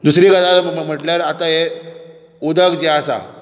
दुसरी गजाल म्हटल्यार आतां हें उदक जें आसा